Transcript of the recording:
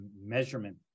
measurement